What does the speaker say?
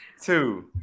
two